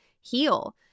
heal